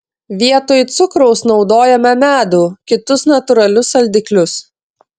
vietoj cukraus naudojame medų kitus natūralius saldiklius